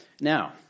Now